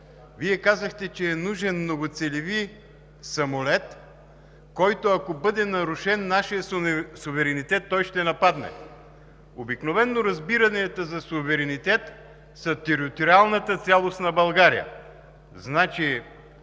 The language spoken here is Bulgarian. Вие казахте, че е нужен многоцелеви самолет, който, ако бъде нарушен нашият суверенитет, ще нападне. Обикновено разбиранията за суверенитет са териториалната цялост на България. Как